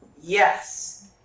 Yes